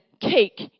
cake